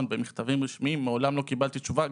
במכתבים רשמיים ומעולם לא קבלתי תשובה,